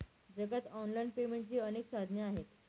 जगात ऑनलाइन पेमेंटची अनेक साधने आहेत